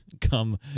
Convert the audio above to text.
come